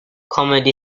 comedy